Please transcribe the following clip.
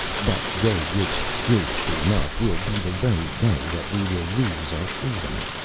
that day which, curiously enough, will be the very day that we will lose our freedom.